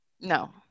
no